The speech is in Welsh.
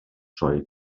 troi